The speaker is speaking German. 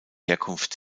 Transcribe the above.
herkunft